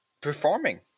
performing